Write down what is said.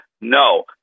no